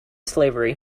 slavery